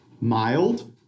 mild